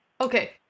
Okay